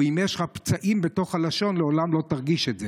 או אם יש לך פצעים בתוך הלשון לעולם לא תרגיש את זה.